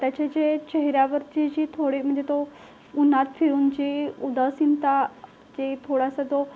त्याचे जे चेहऱ्यावरची जी थोडी म्हणजे तो उन्हात फिरूनची उदासीनता की थोडासा तो